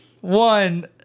One